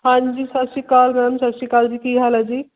ਹਾਂਜੀ ਸਤਿ ਸ਼੍ਰੀ ਅਕਾਲ ਮੈਮ ਸਤਿ ਸ਼੍ਰੀ ਅਕਾਲ ਜੀ ਕੀ ਹਾਲ ਆ ਜੀ